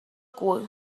cul